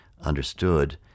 understood